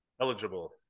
Eligible